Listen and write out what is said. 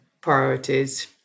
priorities